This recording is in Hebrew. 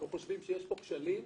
לדעתנו יש כשלים